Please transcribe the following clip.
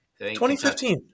2015